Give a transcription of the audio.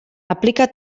aplica